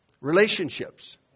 Relationships